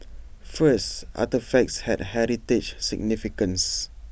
first artefacts had heritage significance